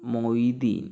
Moideen